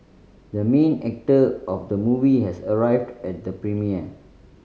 the main actor of the movie has arrived at the premiere